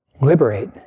liberate